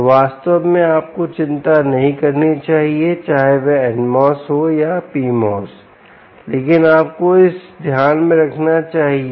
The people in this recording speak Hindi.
तो वास्तव में आपको चिंता नहीं करनी चाहिए चाहे वह NMOS हो या PMOS लेकिन आपको इसे ध्यान में रखना चाहिए